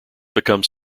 become